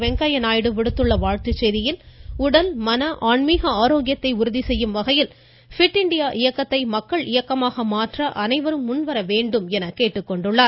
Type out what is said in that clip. வெங்கய்ய நாயுடு விடுத்துள்ள வாழ்த்துச் செய்தியில் உடல் மன ஆன்மீக ஆரோக்கியத்தை உறுதி செய்யும் வகையில் பிட்இண்டியா இயக்கத்தை மக்கள் இயக்கமாக மாற்ற அனைவரும் முன்வர வேண்டும் என கேட்டுக்கொண்டுள்ளார்